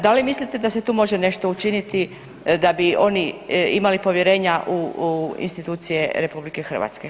Da li mislite da se tu može nešto učiniti da bi oni imali povjerenja u institucije RH?